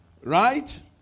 right